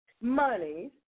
money